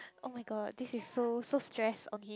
oh-my-god this is so so stress on him